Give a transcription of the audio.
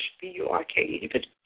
B-U-R-K-E